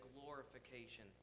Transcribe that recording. glorification